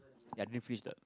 ya I didn't finish the